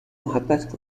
محبت